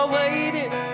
waiting